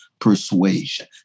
persuasion